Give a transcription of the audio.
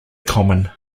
common